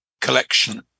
collection